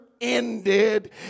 ended